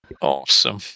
Awesome